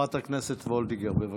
חברת הכנסת וולדיגר, בבקשה,